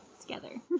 together